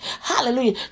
Hallelujah